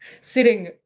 sitting